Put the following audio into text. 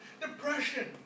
depression